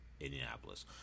Indianapolis